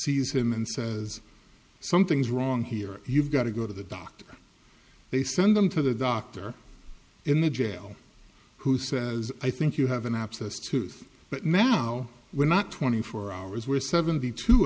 him and says something's wrong here you've got to go to the doctor they send them to the doctor in the jail who says i think you have an abscessed tooth but now we're not twenty four hours we're seventy two